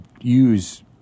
use